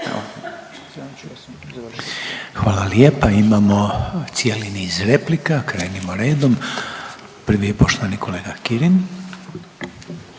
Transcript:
Hvala lijepa imamo cijeli niz replika, krenimo redom. Prvi je poštovani kolega Kirin.